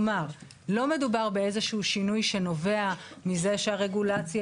לא מדובר באיזשהו שינוי שנובע מזה שהרגולציה